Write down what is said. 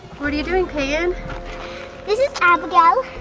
what are you doing payton? this is abigail,